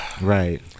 right